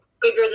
bigger